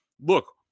look